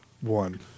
one